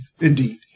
Indeed